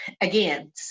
again